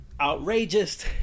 outrageous